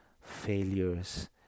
failures